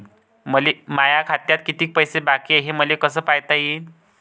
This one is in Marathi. माया खात्यात कितीक पैसे बाकी हाय हे मले कस पायता येईन?